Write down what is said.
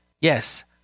Yes